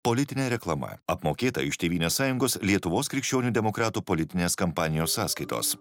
politinė reklama apmokėta iš tėvynės sąjungos lietuvos krikščionių demokratų politinės kampanijos sąskaitos